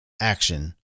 action